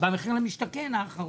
ב"מחיר למשתכן" האחרון.